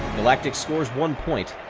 galactic scores one point.